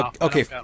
Okay